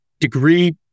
degree